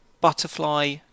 butterfly